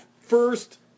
first